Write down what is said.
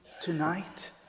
tonight